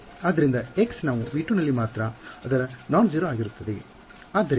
ಆದ್ದರಿಂದ χ ನಾವು V2 ನಲ್ಲಿ ಮಾತ್ರ ಅದರ ನಾನ್ಜೆರೋ ಆಗಿರುತ್ತದೆ